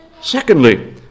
Secondly